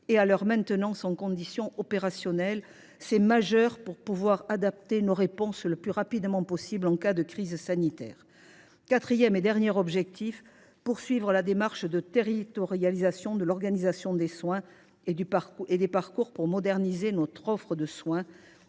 et à leur maintenance en conditions opérationnelles. C’est une condition majeure pour pouvoir adapter nos réponses le plus rapidement possible en cas de crise sanitaire. Notre quatrième et dernier objectif sera de poursuivre la démarche de territorialisation de l’organisation des soins et des parcours pour moderniser notre offre de soins.